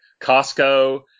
Costco